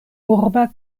urba